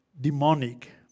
demonic